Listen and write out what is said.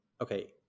okay